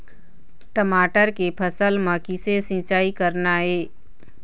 टमाटर के फसल म किसे सिचाई करना ये?